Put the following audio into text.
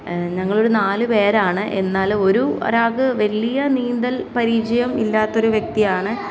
ഞങ്ങളൊരു നാല് പേരാണ് എന്നാൽ ഒരു ഒരാൾക്ക് വലിയ നീന്തൽ പരിചയം ഇല്ലാത്തൊരു വ്യക്തിയാണ്